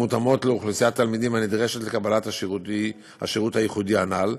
המותאמות לאוכלוסיית התלמידים הנדרשת לקבלת השירות הייחודי הנ"ל,